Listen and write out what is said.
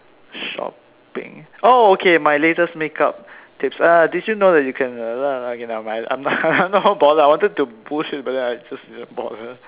shopping oh okay my latest make up tips ah did you know that you can okay never mind I'm not bothered I wanted to bullshit but then I just didn't bother